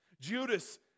Judas